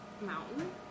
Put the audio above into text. Mountain